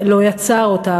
לא יצר אותה,